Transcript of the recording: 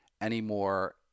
anymore